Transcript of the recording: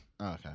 Okay